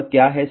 और क्या है